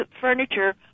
furniture